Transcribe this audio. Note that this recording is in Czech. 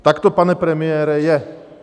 Tak to, pane premiére, je.